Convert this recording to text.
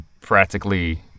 practically